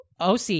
OC